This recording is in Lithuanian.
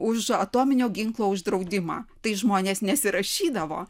už atominio ginklo uždraudimą tai žmonės nesirašydavo